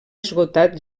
esgotat